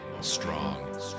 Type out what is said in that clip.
strong